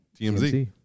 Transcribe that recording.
TMZ